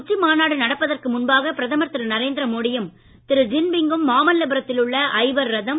உச்சிமாநாடு நடப்பதற்கு முன்பாக பிரதமர் திரு நரேந்திரமோடியும் திரு ஷி ஜின்பிங் கும் மாமல்லபுரத்தில் உள்ள ஐவர் ரதம்